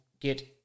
get